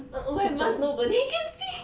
uh wear mask nobody can see